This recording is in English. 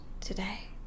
today